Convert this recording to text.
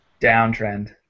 downtrend